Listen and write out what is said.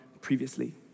previously